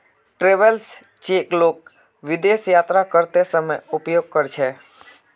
travellers cheque लोग विदेश यात्रा करते समय उपयोग कर छे